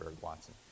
Watson